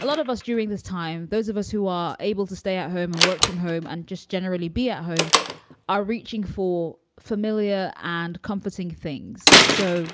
a lot of us during this time, those of us who are able to stay at home and work from home and just generally be at home are reaching for familiar and comforting things. so